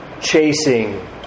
chasing